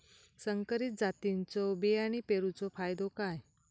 संकरित जातींच्यो बियाणी पेरूचो फायदो काय?